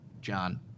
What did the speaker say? John